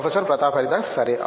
professor Pratap Haridas సరే